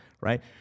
right